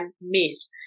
miss